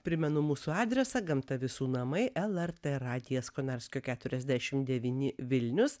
primenu mūsų adresą gamta visų namai lrt radijas konarskio keturiasdešim devyni vilnius